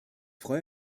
freue